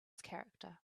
character